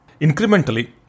incrementally